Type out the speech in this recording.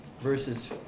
verses